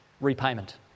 repayment